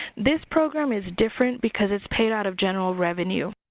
this program is different because it's paid out of general revenue.